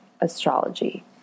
astrology